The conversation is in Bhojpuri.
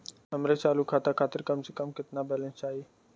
हमरे चालू खाता खातिर कम से कम केतना बैलैंस चाही?